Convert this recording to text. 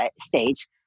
stage